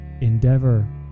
Endeavor